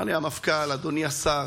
אמר לי המפכ"ל: אדוני השר,